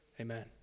Amen